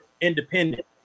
independent